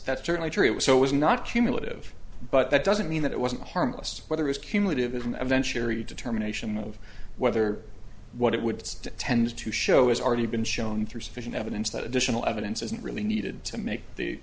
that's certainly true so it was not cumulative but that doesn't mean that it wasn't harmless whether it's cumulative is an adventure a determination of whether what it would stick tends to show has already been shown through sufficient evidence that additional evidence isn't really needed to make the